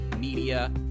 media